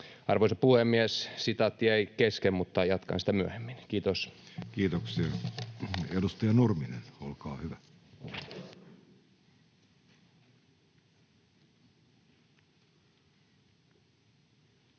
Arvoisa puhemies! Sitaatti jäi kesken, mutta jatkan sitä myöhemmin. — Kiitos. Kiitoksia. — Edustaja Nurminen, olkaa hyvä. Arvoisa